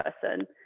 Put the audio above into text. person